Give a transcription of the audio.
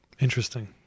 Interesting